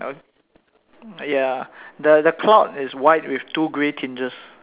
o~ ya the the clock is white with two grey tinges